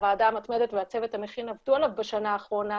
הוועדה המתמדת והצוות המכין עבדו עליו בשנה האחרונה,